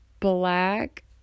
black